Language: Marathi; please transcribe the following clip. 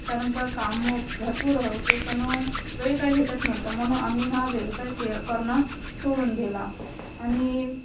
कारण का काम भरपूर होते पण वेळ काय भेटत नव्हतं म्हणून आम्ही हा व्यवसाय के करणं सोडून दिला आणि